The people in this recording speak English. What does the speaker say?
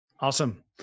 Awesome